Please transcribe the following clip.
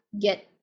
get